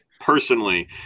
personally